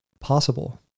possible